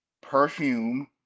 perfume